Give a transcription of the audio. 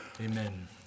Amen